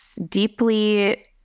deeply